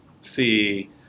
see